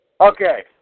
Okay